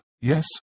yes